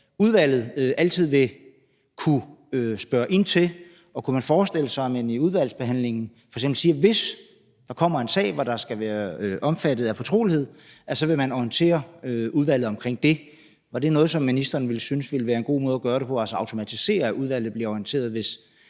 udvalget altid vil kunne spørge ind til det, og kunne man forestille sig, at man i udvalgsbehandlingen, hvis der f.eks. kommer en sag, der skal være omfattet af fortrolighed, vil orientere udvalget om det? Ville ministeren synes, at det var en god måde at gøre det på, altså at automatisere, at udvalget bliver orienteret,